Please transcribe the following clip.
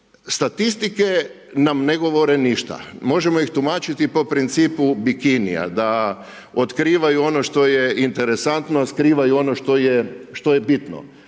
statistike nam ne govore ništa. Možemo ih tumačiti po principu bikinija, da otkrivaju ono što je interesantno, a skrivaju ono što je bitno.